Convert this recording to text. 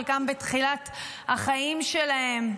חלקם בתחילת החיים שלהם.